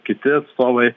kiti atstovai